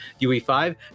UE5